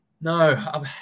No